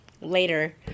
later